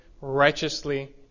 righteously